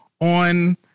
on